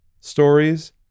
stories